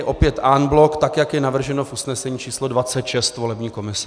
Opět en bloc, tak jak je navrženo v usnesení číslo 26 volební komise.